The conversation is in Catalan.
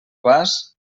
vas